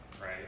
right